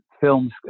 films